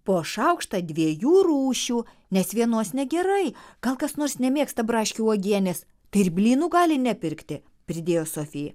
po šaukštą dviejų rūšių nes vienos negerai gal kas nors nemėgsta braškių uogienės tai ir blynų gali nepirkti pridėjo sofi